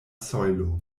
sojlo